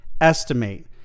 estimate